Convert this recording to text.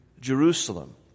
Jerusalem